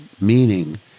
meaning